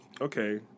Okay